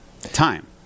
time